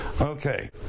Okay